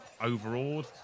Overawed